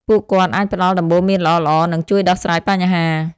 ពួកគាត់អាចផ្ដល់ដំបូន្មានល្អៗ និងជួយដោះស្រាយបញ្ហា។